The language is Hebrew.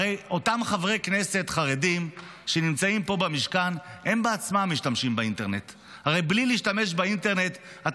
הרי אותם חברי כנסת חרדים שנמצאים פה במשכן הם בעצמם משתמשים באינטרנט,